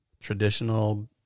traditional